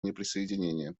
неприсоединения